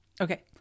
okay